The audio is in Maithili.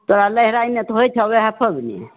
तोरा नैहिरामे तऽ होइ छौ ओहए पाबनि